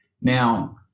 Now